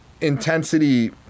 intensity